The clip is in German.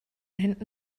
hinten